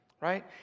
right